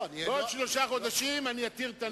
בעוד שלושה חודשים אני אתיר את הנדר.